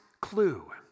clue